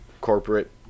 corporate